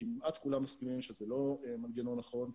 כמעט כולם מסכימים שזה לא מנגנון נכון,